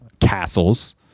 Castles